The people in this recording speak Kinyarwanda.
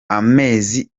amezi